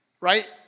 right